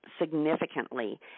significantly